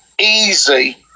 easy